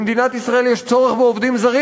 במדינת ישראל יש צורך בעובדים זרים,